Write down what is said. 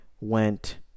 went